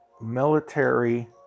military